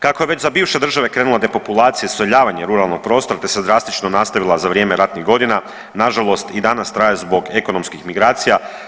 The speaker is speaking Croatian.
Kako je već za bivše države krenula depopulacija iseljavanje ruralnog prostora te se drastično nastavila za vrijeme ratnih godina, nažalost i danas traje zbog ekonomskih migracija.